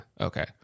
Okay